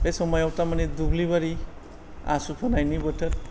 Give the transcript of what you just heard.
बे समायाव थारमाने दुब्लि बारि आसु फोनायनि बोथोर